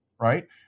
right